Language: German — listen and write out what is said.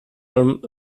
allem